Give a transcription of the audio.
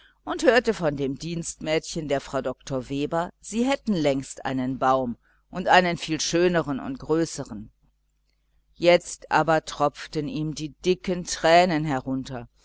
und hörte dort von dem dienstmädchen der frau dr weber sie hätten längst einen baum und einen viel schöneren und größeren jetzt aber tropften ihm die dicken tränen herunter